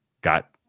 Got